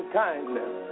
kindness